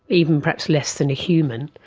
even perhaps less than a human.